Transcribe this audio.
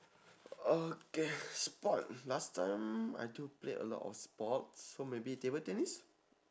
okay sport last time I do play a lot of sports so maybe table tennis